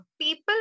people